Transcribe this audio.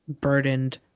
burdened